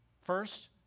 First